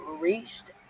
reached